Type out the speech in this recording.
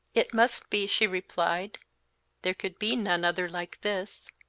it must be, she replied there could be none other like this!